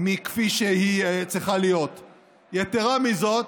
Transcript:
יתרה מזו,